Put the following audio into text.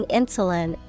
insulin